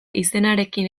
izenarekin